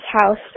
house